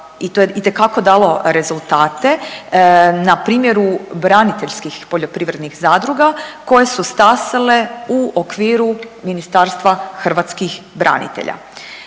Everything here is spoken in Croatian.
i to je itekako dalo rezultate na primjeru braniteljskih poljoprivrednih zadruga koje su stasale u okviru Ministarstva hrvatskih branitelja.